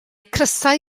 crysau